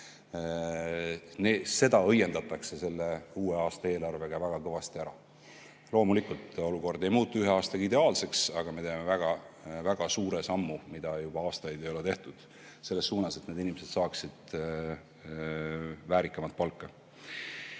Seda õiendatakse selle uue aasta eelarvega väga kõvasti ära. Loomulikult olukord ei muutu ühe aastaga ideaalseks, aga me teeme väga suure sammu, mida juba aastaid ei ole tehtud selles suunas, et need inimesed saaksid väärikamat palka. Ja